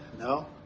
no,